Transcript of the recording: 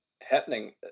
happening